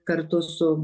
kartu su